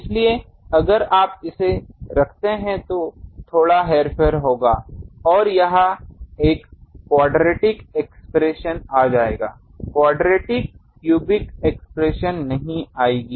इसलिए अगर आप इसे रखते हैं तो थोड़ा हेरफेर होगा और यह एक क़्वाड्रेटिक एक्सप्रेशन आ जायगा क़्वाड्रेटिक क्यूबिक एक्सप्रेशन नहीं आएगी